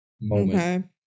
moment